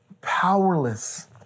powerless